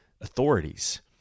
authorities